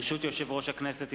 ברשות יושב-ראש הכנסת,